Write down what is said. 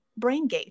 BrainGate